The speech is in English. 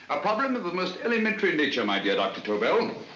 a problem of the most elementary nature, my dear dr. tobel.